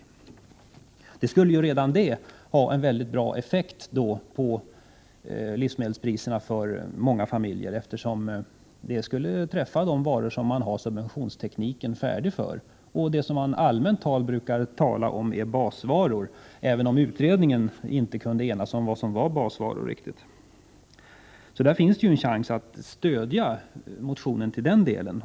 Redan det skulle för många familjer ha mycket bra effekt på livsmedelspriserna, eftersom det skulle träffa de varor som vi har subventionsteknik färdig för och som vi brukar tala om som basvaror — även om utredningen inte riktigt kunde enas om vad som är basvaror. Det finns alltså en chans att stödja motionen i den delen.